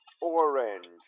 orange